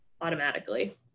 automatically